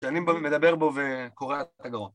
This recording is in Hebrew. שאני מדבר בו וקורע את הגרון